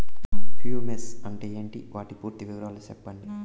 Humus అంటే ఏంటి? వాటి పూర్తి వివరాలు సెప్పండి?